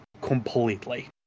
completely